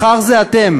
מחר זה אתם.